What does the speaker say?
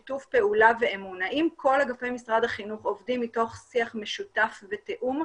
שיתוף פעולה ואמון כל אגפי משרד החינוך עובדים מתוך שיח משותף ותיאום.